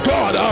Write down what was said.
God